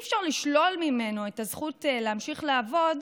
אי-אפשר לשלול ממנו את הזכות להמשיך לעבוד,